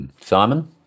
Simon